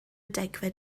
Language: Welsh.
degfed